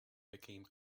became